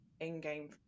in-game